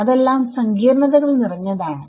അതെല്ലാം സങ്കീർണ്ണതകൾ നിറഞ്ഞതാണ്